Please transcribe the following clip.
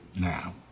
now